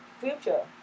future